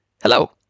Hello